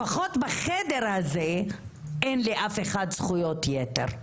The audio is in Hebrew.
לפחות בחדר הזה אין לאף אחד זכויות יתר.